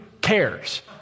cares